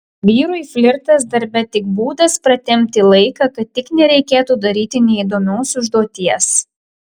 vyrui flirtas darbe tik būdas pratempti laiką kad tik nereikėtų daryti neįdomios užduoties